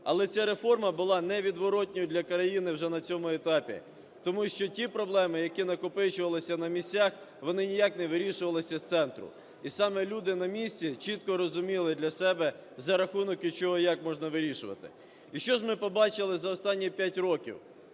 Але ця реформа була невідворотною для країни вже на цьому етапі. Тому що ті проблеми, які накопичувалися на місцях, вони ніяк не вирішувалися з центру. І саме люди на місці чітко розуміли для себе, за рахунок і чого, і як можна вирішувати. І що ж ми побачили за останні 5 років?